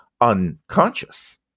unconscious